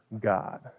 God